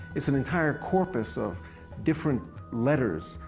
it's an entire corpus of different letters,